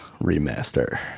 remaster